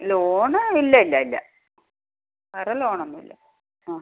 loan ഇല്ല ഇല്ല ഇല്ല വേറ ലോണൊന്നും ഇല്ല ആ